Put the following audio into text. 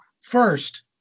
first